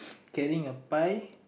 carrying a pie